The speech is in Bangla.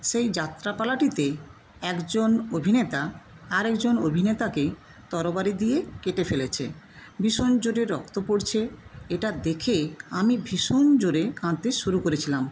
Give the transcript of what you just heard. সেই যাত্রাপালাটিতে একজন অভিনেতা আরেকজন অভিনেতাকে তরবারি দিয়ে কেটে ফেলেছে ভীষণ জোরে রক্ত পড়ছে এটা দেখে আমি ভীষণ জোরে কাঁদতে শুরু করেছিলাম